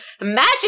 Imagine